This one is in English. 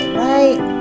right